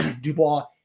Dubois